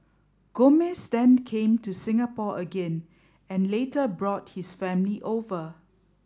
Gomez then came to Singapore again and later brought his family over